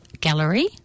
Gallery